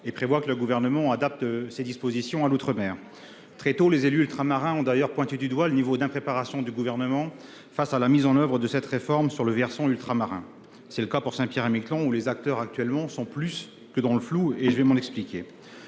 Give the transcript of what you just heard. et prévoit que le Gouvernement adapte ces dispositions à l'outre-mer. Très tôt, les élus ultramarins ont pointé du doigt le niveau d'impréparation du gouvernement face à la mise en oeuvre de cette réforme outre-mer. C'est le cas pour Saint-Pierre et Miquelon où les acteurs sont plus que dans le flou. Certes, les